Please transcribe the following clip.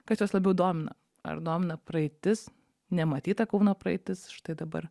kas juos labiau domina ar domina praeitis nematyta kauno praeitis štai dabar